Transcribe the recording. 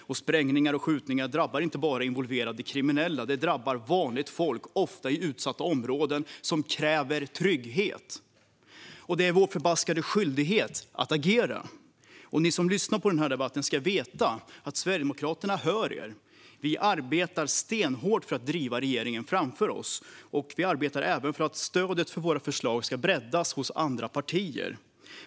Sprängningar och skjutningar drabbar inte bara involverade kriminella, utan de drabbar också vanligt folk - ofta i utsatta områden - som kräver trygghet. Det är vår förbaskade skyldighet att agera. Ni som lyssnar på denna debatt ska veta att Sverigedemokraterna hör er. Vi arbetar stenhårt för att driva regeringen framför oss. Vi arbetar även för att stödet för våra förslag ska breddas hos andra partier.